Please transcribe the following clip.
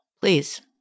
Please